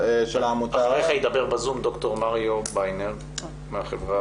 אחריך ידבר בזום ד"ר מריו ביינר מהחברה